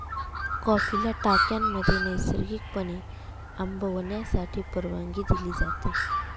कॉफीला टाक्यांमध्ये नैसर्गिकपणे आंबवण्यासाठी परवानगी दिली जाते